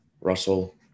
Russell